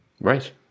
Right